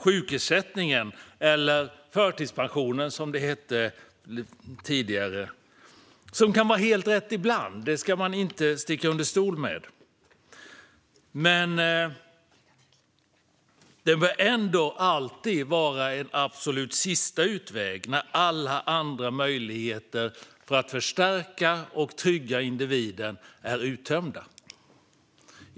Sjukersättning, eller förtidspension som det hette tidigare, kan vara helt rätt ibland. Det ska man inte sticka under stol med. Men det bör ändå alltid vara en absolut sista utväg när alla andra möjligheter för att förstärka och trygga individen är uttömda.